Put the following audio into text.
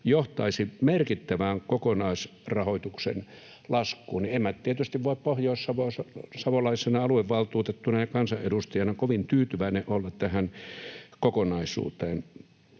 johtaisi merkittävään kokonaisrahoituksen laskuun.” En minä nyt tietysti voi pohjoissavolaisena aluevaltuutettuna ja kansanedustajana kovin tyytyväinen olla tähän kokonaisuuteen.